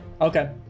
Okay